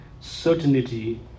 certainty